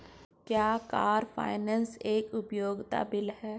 क्या car finance एक उपयोगिता बिल है?